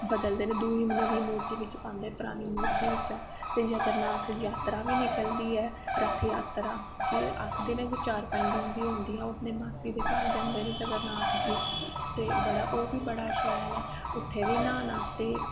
दिल मतलव बदलदे न दुई मूर्ती बिच्च पांदे न परानी मूर्ती बिच्चा दा ते जगननाथ जात्तरा बी निकलदी ऐ जगननाथ जात्तरा आखदे कि चार पंज दिन दी होंदी ऐ जात्तरा ते अपनी मासी जी दे घर जंदे न जगन नाथ जी ते ओह् बी बड़ा शैल ऐ उत्थें बी न्हान आस्ते